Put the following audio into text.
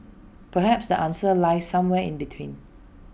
perhaps the answer lies somewhere in between